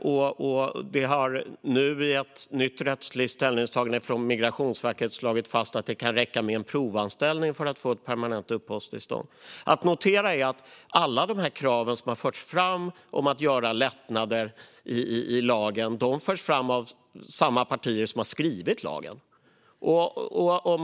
Och det har nu i ett nytt rättsligt ställningstagande från Migrationsverket slagits fast att det kan räcka med en provanställning för att få ett permanent uppehållstillstånd. Att notera är att alla dessa krav som har förts fram om att göra lättnader i lagen har förts fram av samma partier som har skrivit lagen.